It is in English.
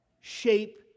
shape